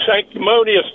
sanctimonious